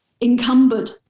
encumbered